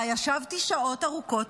שבה ישבתי שעות ארוכות,